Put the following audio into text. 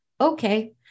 Okay